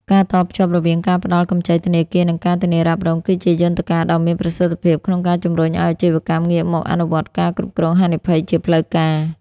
ការតភ្ជាប់រវាងការផ្ដល់កម្ចីធនាគារ និងការធានារ៉ាប់រង គឺជាយន្តការដ៏មានប្រសិទ្ធភាពក្នុងការជំរុញឱ្យអាជីវកម្មងាកមកអនុវត្តការគ្រប់គ្រងហានិភ័យជាផ្លូវការ។